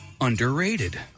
underrated